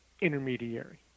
intermediary